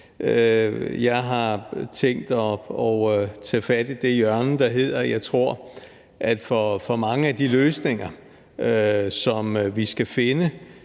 Jeg har tænkt mig at tage fat i det hjørne, der hedder, at jeg tror, at det for mange af de løsninger, som vi skal finde,